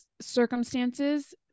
circumstances